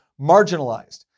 marginalized